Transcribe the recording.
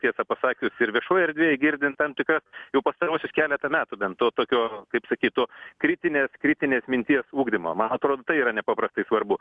tiesą pasakius ir viešoj erdvėj girdim tam tikras jau pastaruosius keletą metų bent to tokio kaip sakyt to kritinės kritinės minties ugdymo man atrodo tai yra nepaprastai svarbu